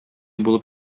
булып